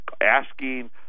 asking